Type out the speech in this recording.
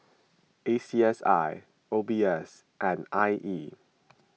A C S I O B S and I E